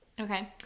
Okay